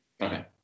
Okay